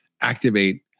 activate